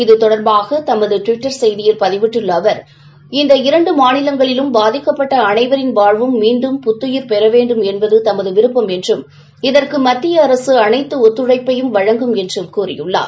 இது தொடர்பாக ட்விட்டரில் பதிவிட்டுள்ள அவர் இந்த இரண்டு மாநிலங்களிலும் பாதிக்கப்பட்ட அளைவரின வாழ்வும் மீண்டும் புத்துயிர் பெறவேண்டும் என்பது தமது விருப்பம் என்றும் இதற்கு மத்திய அரசு அனைத்து ஒத்துழைப்பையும் நல்கும் என்றும் கூறினார்